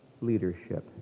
leadership